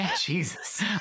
Jesus